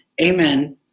Amen